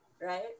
right